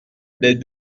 les